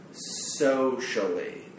socially